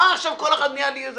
מה, כל אחד נהיה איזה